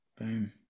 Boom